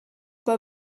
pas